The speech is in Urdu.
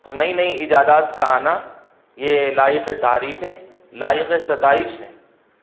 تو نئی نئی ایجادات کا آنا یہ لائق تعریف ہے لائق ستائش ہے